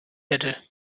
hätte